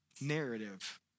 narrative